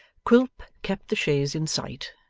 quilp kept the chaise in sight,